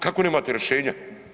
Kako nemate rješenja.